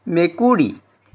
মেকুৰী